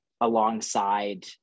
alongside